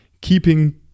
keeping